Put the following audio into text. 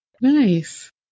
Nice